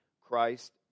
Christ